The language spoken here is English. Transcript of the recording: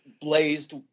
blazed